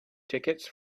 tickets